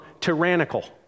tyrannical